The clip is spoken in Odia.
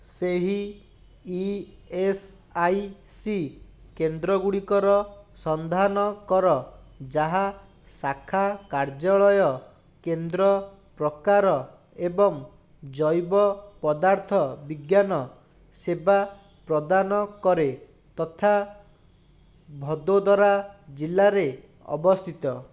ସେହି ଇ ଏସ୍ ଆଇ ସି କେନ୍ଦ୍ର ଗୁଡ଼ିକର ସନ୍ଧାନ କର ଯାହା ଶାଖା କାର୍ଯ୍ୟାଳୟ କେନ୍ଦ୍ର ପ୍ରକାର ଏବଂ ଜୈବ ପଦାର୍ଥ ବିଜ୍ଞାନ ସେବା ପ୍ରଦାନ କରେ ତଥା ଭଦୋଦରା ଜିଲ୍ଲାରେ ଅବସ୍ଥିତ